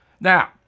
Now